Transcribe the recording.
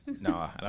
No